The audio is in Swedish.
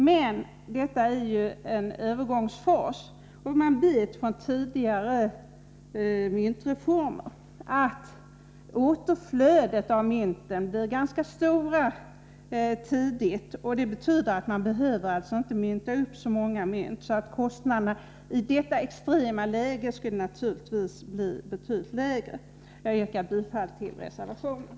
Men det handlar ju om en övergångsfas, och man vet från tidigare myntreformer att återflödet av mynt tidigt blir ganska stort, vilket betyder att man inte behöver mynta ut så många mynt. Kostnaderna i detta extrema läge blir därför betydligt lägre. Jag yrkar bifall till reservationen.